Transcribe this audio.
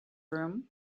room